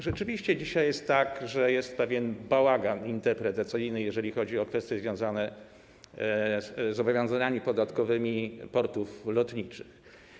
Rzeczywiście dzisiaj jest tak, że jest pewien bałagan interpretacyjny, jeżeli chodzi o kwestie związane ze zobowiązaniami podatkowymi portów lotniczych.